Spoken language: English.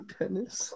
tennis